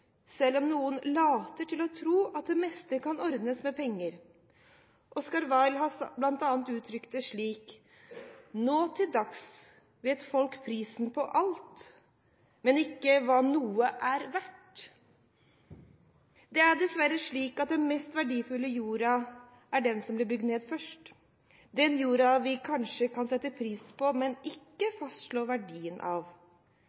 selv om noen later til å tro at det meste kan ordnes med penger. Oscar Wilde har bl. a. uttrykt det slik: Nå til dags vet folk prisen på alt, men ikke hva noe er verdt. Det er dessverre slik at det er den mest verdifulle jorda som blir bygget ned først – den jorda vi kanskje kan sette pris på, men ikke fastslå verdien av.